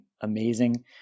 amazing